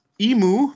Emu